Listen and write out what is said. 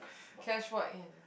cash what in